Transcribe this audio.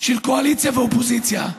של קואליציה ואופוזיציה,